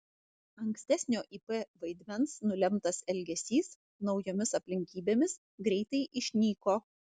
ankstesnio ip vaidmens nulemtas elgesys naujomis aplinkybėmis greitai išnyko